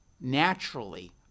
naturally